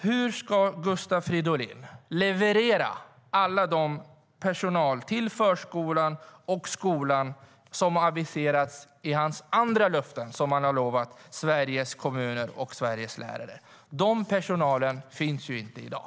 Hur ska Gustav Fridolin leverera all den personal till förskolan och skolan som har aviserats i de andra löftena som han har ställt ut till Sveriges kommuner och Sveriges lärare? Den personalen finns ju inte i dag.